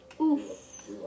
Oof